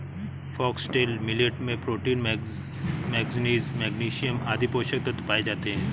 foxtail millet में protein, manganese, magnesium आदि पोषक तत्व पाए जाते है